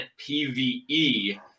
PvE